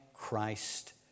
Christ